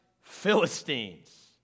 Philistines